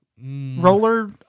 Roller